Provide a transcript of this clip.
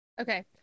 Okay